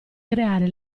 creare